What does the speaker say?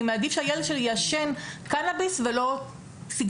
מעדיף שהילד שלי יעשן קנביס ולא סיגריה",